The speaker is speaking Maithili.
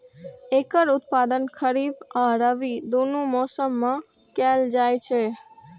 एकर उत्पादन खरीफ आ रबी, दुनू मौसम मे कैल जाइ छै